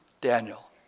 Daniel